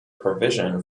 provision